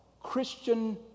Christian